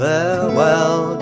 Farewell